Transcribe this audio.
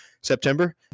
September